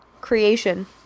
creation